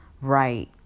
right